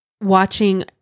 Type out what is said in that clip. watching